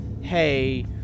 hey